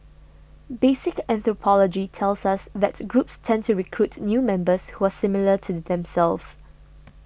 basic anthropology tells us that groups tend to recruit new members who are similar to themselves